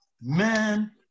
man